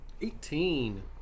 Eighteen